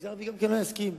המגזר הזה גם לא יסכים.